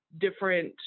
different